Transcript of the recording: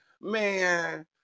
Man